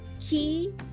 key